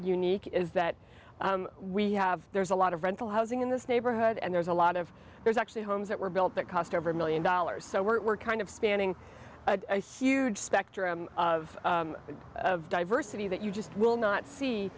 unique is that we have there's a lot of rental housing in this neighborhood and there's a lot of there's actually homes that were built that cost over a million dollars so we're kind of spanning a huge spectrum of diversity that you just will not